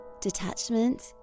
Detachment